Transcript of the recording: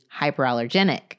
hyperallergenic